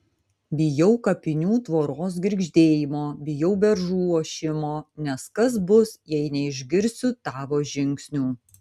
bijau kapinių tvoros girgždėjimo bijau beržų ošimo nes kas bus jei neišgirsiu tavo žingsnių